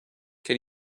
can